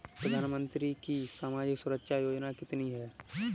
प्रधानमंत्री की सामाजिक सुरक्षा योजनाएँ कितनी हैं?